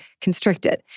constricted